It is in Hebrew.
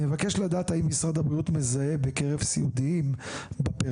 אני מבקש לדעת האם משרד הבריאות מזהה בקרב סיעודיים בפריפריה